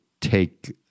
take